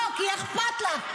לא, כי אכפת לך.